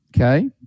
Okay